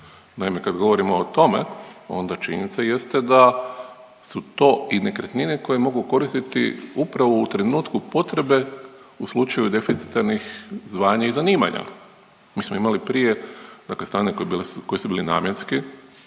Naime, kad govorimo o tome onda činjenica jeste da su to i nekretnine koje mogu koristiti upravo u trenutku potrebe, u slučaju deficitarnih zvanja i zanimanja. Mi smo imali prije, dakle stanovi koji su bili namjenski